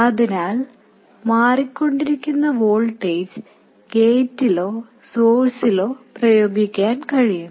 അതിനാൽ മാറികൊണ്ടിരിക്കുന്ന വോൾട്ടേജ് ഗേറ്റിലോ സോഴ്സിലോ പ്രയോഗിക്കാൻ കഴിയും